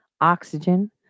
oxygen